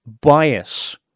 bias